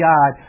God